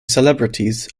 celebrities